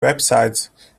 websites